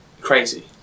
crazy